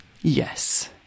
Yes